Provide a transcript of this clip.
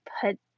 put